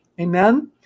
amen